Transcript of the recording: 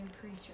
creature